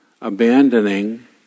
abandoning